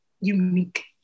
unique